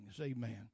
Amen